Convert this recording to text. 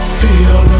feel